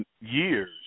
years